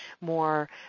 more